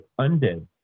undead